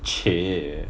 !chey!